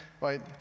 right